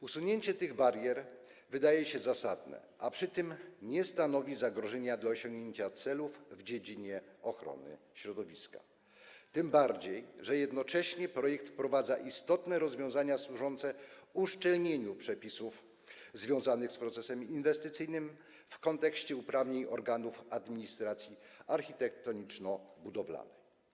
Usunięcie tych barier wydaje się zasadne, a przy tym nie stanowi zagrożenia dla osiągnięcia celów w dziedzinie ochrony środowiska, tym bardziej że jednocześnie projekt wprowadza istotne rozwiązania służące uszczelnieniu przepisów związanych z procesem inwestycyjnym w kontekście uprawnień organów administracji architektoniczno-budowlanej.